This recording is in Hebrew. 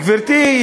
גברתי,